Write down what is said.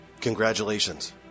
Congratulations